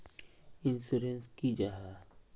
Insurance की जाहा?